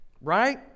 right